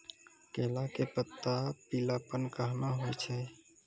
केला के पत्ता पीलापन कहना हो छै?